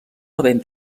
havent